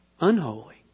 unholy